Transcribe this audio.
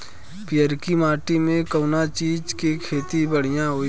पियरकी माटी मे कउना चीज़ के खेती बढ़ियां होई?